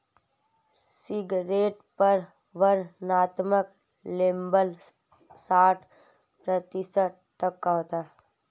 cigarette पर वर्णनात्मक label साठ प्रतिशत तक होता है